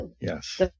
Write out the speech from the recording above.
Yes